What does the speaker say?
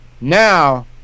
now